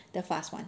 the fast one